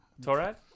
Torad